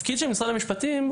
הכפריים,